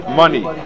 money